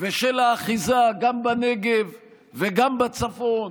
ושל האחיזה גם בנגב וגם בצפון,